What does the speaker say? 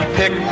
pick